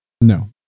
No